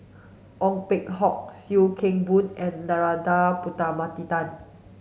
Ong Peng Hock Sim Kee Boon and Narana Putumaippittan